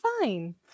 fine